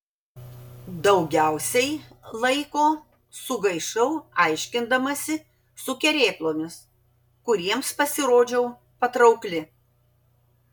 daugiausiai laiko sugaišau aiškindamasi su kerėplomis kuriems pasirodžiau patraukli